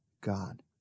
God